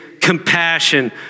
compassion